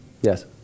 Yes